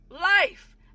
life